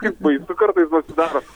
kaip baisu kartais pasidaro